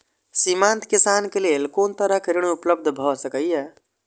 सीमांत किसान के लेल कोन तरहक ऋण उपलब्ध भ सकेया?